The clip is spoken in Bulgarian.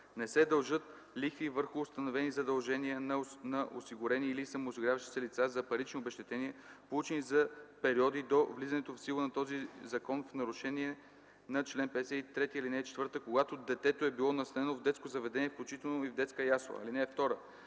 Не се дължат лихви върху установени задължения на осигурени или самоосигуряващи се лица за парични обезщетения, получени за периоди до влизането в сила на този закон в нарушение на чл. 53, ал. 4, когато детето е било настанено в детско заведение, включително и в детска ясла. (2)